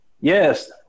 Yes